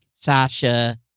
sasha